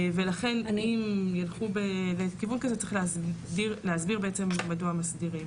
ולכן אם ילכו בכיוון כזה צריך להסביר בעצם מדוע מסדירים.